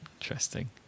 Interesting